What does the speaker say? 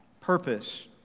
purpose